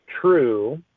true